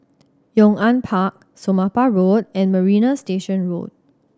Yong An Park Somapah Road and Marina Station Road